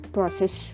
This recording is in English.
process